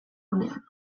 gunean